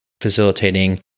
facilitating